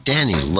Danny